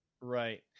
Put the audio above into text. Right